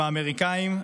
עם האמריקנים,